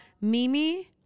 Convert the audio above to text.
Mimi